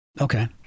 Okay